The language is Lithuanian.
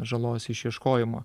žalos išieškojimo